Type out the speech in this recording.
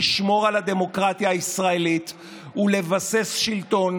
לשמור על הדמוקרטיה הישראלית ולבסס שלטון